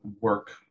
work